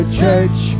church